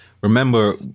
remember